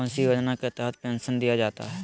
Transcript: कौन सी योजना के तहत पेंसन दिया जाता है?